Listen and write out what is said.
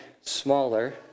smaller